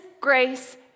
grace